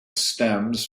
stems